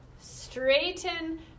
straighten